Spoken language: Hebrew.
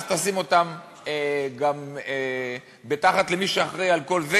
אז תשים גם אותם תחת מי שאחראי על כל זה,